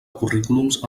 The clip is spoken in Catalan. currículums